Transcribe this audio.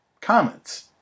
comments